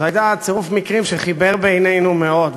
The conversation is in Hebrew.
זה היה צירוף מקרים שחיבר בינינו מאוד,